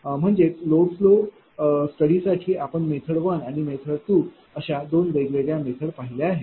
तर म्हणजेच load flow स्टडीसाठी आपण मेथड 1 आणि मेथड 2 अशा दोन वेगवेगळ्या मेथड पाहिल्या आहेत